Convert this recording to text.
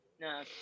No